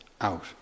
out